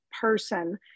person